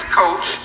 coach